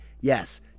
yes